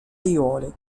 aiuole